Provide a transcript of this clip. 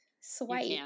swipe